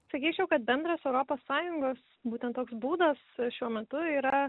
sakyčiau kad bendras europos sąjungos būtent toks būdas šiuo metu yra